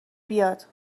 بیاد